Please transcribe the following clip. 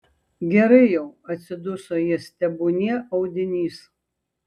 gerai jau atsiduso jis tebūnie audinys